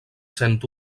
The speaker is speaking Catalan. sent